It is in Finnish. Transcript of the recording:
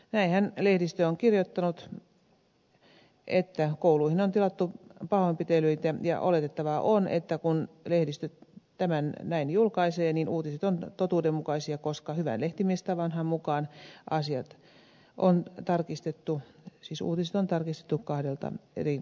näinhän lehdistö on kirjoittanut että kouluihin on tilattu pahoinpitelyitä ja oletettavaa on että kun lehdistö tämän näin julkaisee niin uutiset ovat totuuden mukaisia koska hyvän lehtimiestavan mukaanhan asiat on tarkistettu siis uutiset on tarkistettu kahdelta eri taholta